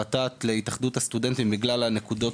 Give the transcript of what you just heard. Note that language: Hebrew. ות"ת להתאחדות הסטודנטים בגלל נקודות